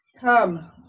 Come